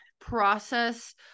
process